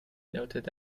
noted